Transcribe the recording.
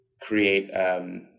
create